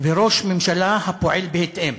וראש ממשלה הפועל בהתאם.